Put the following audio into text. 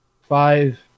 five